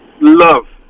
love